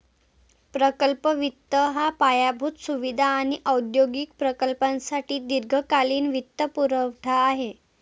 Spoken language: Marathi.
प्रकल्प वित्त हा पायाभूत सुविधा आणि औद्योगिक प्रकल्पांसाठी दीर्घकालीन वित्तपुरवठा आहे